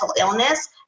illness